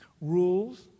Rules